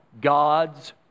God's